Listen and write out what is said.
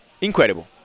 Incredible